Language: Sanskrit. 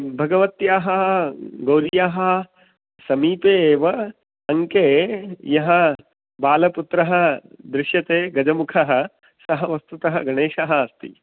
भगवत्याः गौर्याः समीपे एव अङ्के यः बालपुत्रः दृश्यते गजमुखः सः वस्तुतः गणेशः अस्ति